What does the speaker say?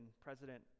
President